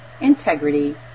integrity